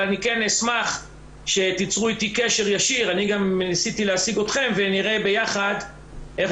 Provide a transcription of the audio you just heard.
אבל אני כן אשמח שתצרו אתי קשר ישיר ונראה ביחד איך